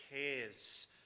cares